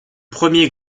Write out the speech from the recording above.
premier